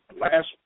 last